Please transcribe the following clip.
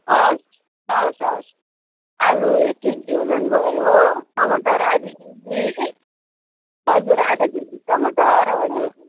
हवस् हवस् हवस् आलु एक केजी ओजन भयो टमाटर आधा केजी हजुर आधा केजी टमाटर हजुर